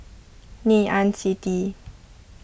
Ngee Ann City